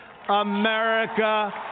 America